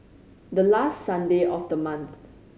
the last Sunday of the month